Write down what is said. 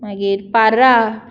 मागीर पर्रा